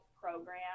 program